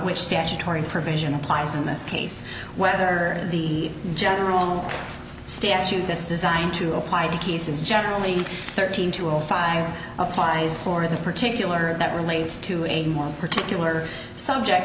which statutory provision applies in this case whether the general statute that's designed to apply to cases generally thirteen to all five applies for this particular and that relates to a more particular subject